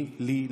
לי,